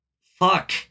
fuck